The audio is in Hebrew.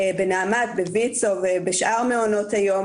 בנעמ"ת, ב-ויצ"ו בשאר מעונות היום